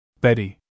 Betty